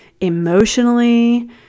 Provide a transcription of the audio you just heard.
emotionally